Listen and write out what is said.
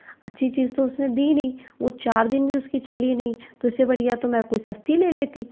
अच्छी चीज़ तो उस ने दी नहीं वो चार दिन भी उस की चली नहीं तो इस से बढ़िया तो मैं कोई सस्ती ले लेती